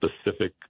specific